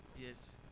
Yes